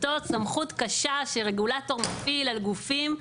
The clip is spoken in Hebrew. אותה סמכות קשה שרגולטור מפעיל על גופים,